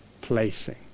placing